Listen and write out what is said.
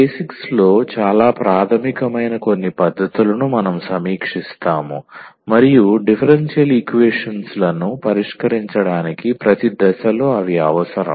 బేసిక్స్లో చాలా ప్రాథమికమైన కొన్ని పద్ధతులను మనం సమీక్షిస్తాము మరియు డిఫరెన్షియల్ ఈక్వేషన్స్ లను పరిష్కరించడానికి ప్రతి దశలో అవి అవసరం